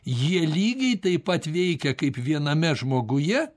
jie lygiai taip pat veikia kaip viename žmoguje